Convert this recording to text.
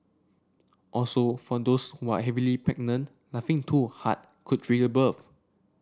also for those who are heavily pregnant laughing too hard could trigger birth